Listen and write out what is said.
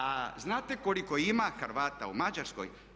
A znate li koliko ima Hrvata u Mađarskoj?